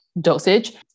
dosage